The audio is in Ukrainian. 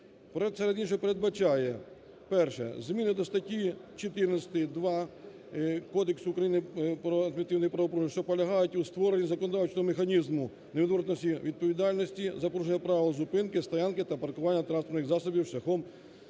Проект серед іншого педбачає, перше, зміни до статті 14.2 Кодексу України про адміністративні правопорушення, що полягають у створенні законодавчого механізму невідворотності відповідальності за порушення правил зупинки, стоянки та паркування транспортних засобів шляхом